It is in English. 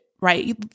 right